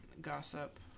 gossip